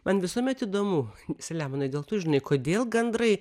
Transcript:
man visuomet įdomu seliamonai dėl tu žinai kodėl gandrai